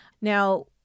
Now